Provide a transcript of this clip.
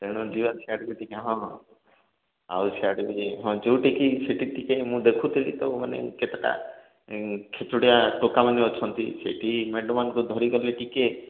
ତେଣୁ ଯିବା ସିଆଡ଼କୁ ଟିକେ ହଁ ଆଉ ସିଆଡ଼କୁ ହଁ ଯେଉଁଠି କି ସେଇଠି ଟିକେ ମୁଁ ଦେଖୁଥିଲି ତ ମାନେ କେତେଟା ଖେଚୁଡ଼ିଆ ଟୋକାମାନେ ଅଛନ୍ତି ସେଇଠି ମ୍ୟାଡ଼ାମ୍ମାନଙ୍କୁ ଧରିକି ଗଲେ ଟିକେ